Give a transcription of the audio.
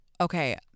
okay